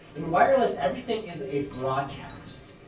in wireless, everything is a broadcast.